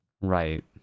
Right